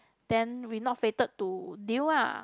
then we not fated to deal ah